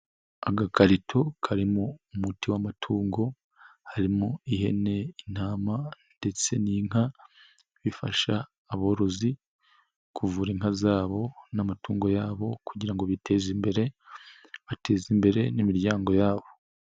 Agakarito kari mu umuti w'amatungo, harimo ihene, intama ndetse n'inka, bifasha aborozi kuvura inka zabo n'amatungo yabo kugira ngo biteze imbere, bateze imbere n'imiryango yabo.